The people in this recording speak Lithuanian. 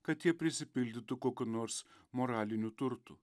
kad jie prisipildytų kokių nors moralinių turtų